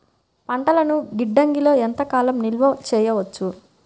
పంటలను గిడ్డంగిలలో ఎంత కాలం నిలవ చెయ్యవచ్చు?